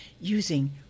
using